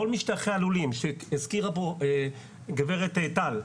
כל משטחי הלולים שהזכירה פה גברת טל,